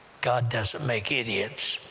god doesn't make idiots,